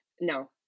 No